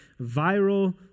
viral